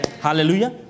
Hallelujah